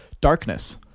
Darkness